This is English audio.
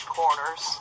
corners